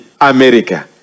America